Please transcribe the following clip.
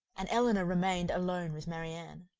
and elinor remained alone with marianne.